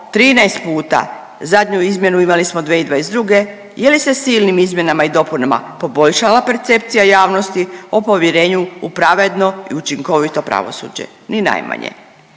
13 puta, zadnju izmjenu imali smo 2022., je li se silnim izmjenama i dopunama poboljšala percepcija javnosti o povjerenju u pravedno i učinkovito pravosuđe? Ni najmanje.